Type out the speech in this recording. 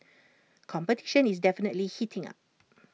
competition is definitely heating up